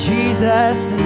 Jesus